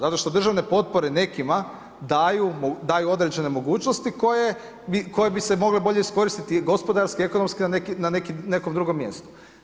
Zato što državne potpore nekima daju određene mogućnosti koje bi se mogle bolje iskoristiti gospodarski, ekonomski, na nekom drugom mjestu.